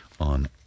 on